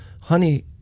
honey